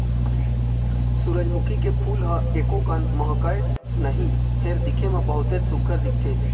सूरजमुखी के फूल ह एकोकन महकय नहि फेर दिखे म बहुतेच सुग्घर दिखथे